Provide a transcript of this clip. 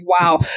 wow